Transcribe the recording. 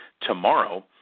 tomorrow